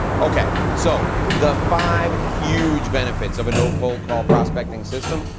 okay, so the five huge benefits of a no cold call prospecting system.